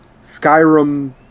Skyrim